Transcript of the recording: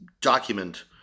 document